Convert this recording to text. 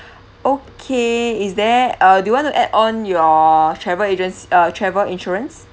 okay is there uh do you want to add on your travel agenc~ uh travel insurance